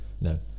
No